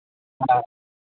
हाँ